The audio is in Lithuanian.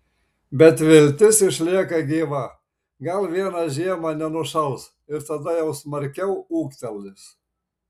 bet viltis išlieka gyva gal vieną žiemą nenušals ir tada jau smarkiau ūgtelės